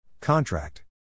Contract